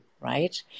right